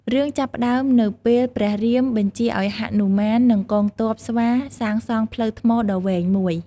រឿងចាប់ផ្ដើមនៅពេលព្រះរាមបញ្ជាឲ្យហនុមាននិងកងទ័ពស្វាសាងសង់ផ្លូវថ្មដ៏វែងមួយ។